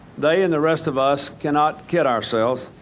they and the rest of us cannot kid ourselves,